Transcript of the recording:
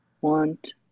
want